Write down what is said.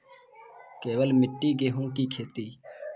केवल मिट्टी गेहूँ की खेती?